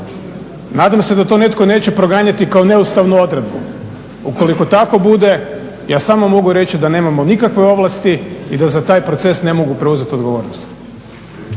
Nadam se da to netko neće proganjati kao neustavnu odredbu. Ukoliko tako bude, ja samo mogu reći da nemamo nikakve ovlasti i da za taj proces ne mogu preuzeti odgovornost.